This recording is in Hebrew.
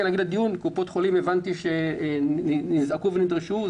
הבנתי שקופות חולים נזעקו ונדרשו.